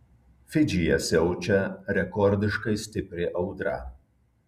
fidžyje siaučia rekordiškai stipri audra